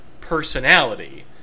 personality